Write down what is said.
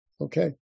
Okay